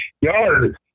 yard